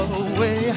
away